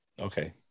Okay